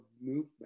movement